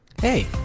Hey